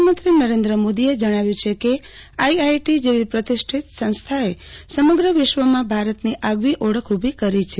પ્રધાનમંત્રી નરેન્દ્ર મોદીએ જજ્ઞાલું છે કે આઈઆઈટી જેવી પ્રતિષ્ઠિત સંસ્થાએ સમત્ર વિશ્વમાં ભારતની આગવી ઓળખ ઊભી કરી છે